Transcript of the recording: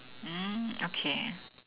mm okay